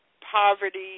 poverty